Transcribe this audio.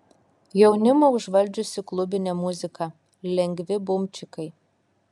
jaunimą užvaldžiusi klubinė muzika lengvi bumčikai